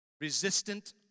resistant